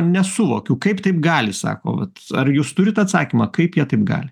nesuvokiu kaip taip gali sako vat ar jūs turit atsakymą kaip jie taip gali